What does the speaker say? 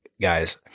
guys